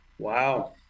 Wow